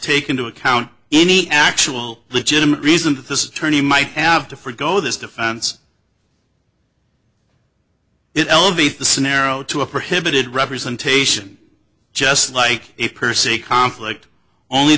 take into account any actual legitimate reason that this tourney might have to forgo this defense it elevates the scenario to a prohibited representation just like a per se conflict only